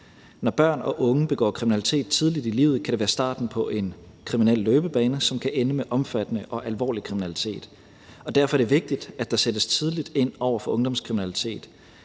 Når børn og unge begår kriminalitet tidligt i livet, kan det være starten på en kriminel løbebane, som kan ende med omfattende og alvorlig kriminalitet. Derfor er det vigtigt, at der sættes tidligt ind over for ungdomskriminalitet.